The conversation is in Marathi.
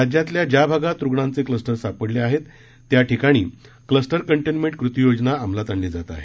राज्यातल्या ज्या भागात रुग्णांचे क्लस्टर सापडले आहेत त्या ठिकाणी क्लस्टर कंटेन्मेंट कृतियोजना अंमलात आणली जात आहे